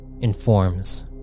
informs